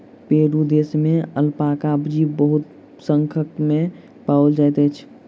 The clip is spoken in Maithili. पेरू देश में अलपाका जीव बहुसंख्या में पाओल जाइत अछि